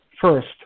first